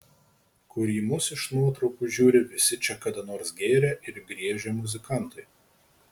kur į mus iš nuotraukų žiūri visi čia kada nors gėrę ir griežę muzikantai